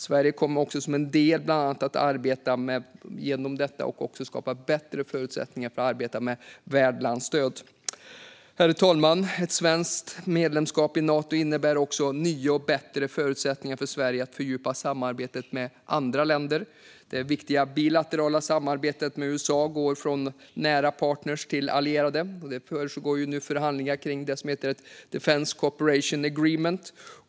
Sverige kommer också genom detta att arbeta bland annat för att skapa bättre förutsättningar för att arbeta med värdlandsstöd. Herr talman! Ett svenskt medlemskap i Nato innebär också nya och bättre förutsättningar för Sverige att fördjupa samarbetet med andra länder. I det viktiga bilaterala samarbetet med USA går vi från att vara nära partner till att vara allierade. Det pågår nu förhandlingar om det som heter Defense Cooperation Agreement.